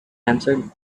answered